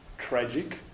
Tragic